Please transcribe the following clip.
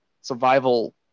survival